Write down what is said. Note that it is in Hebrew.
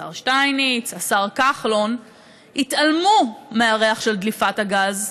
השר שטייניץ והשר כחלון התעלמו מהריח של דליפת הגז.